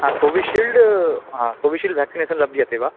हा Covishield Covishield vaccination लभ्यते वा